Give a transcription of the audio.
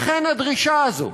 לכן הדרישה הזו,